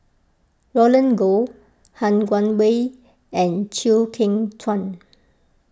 Roland Goh Han Guangwei and Chew Kheng Chuan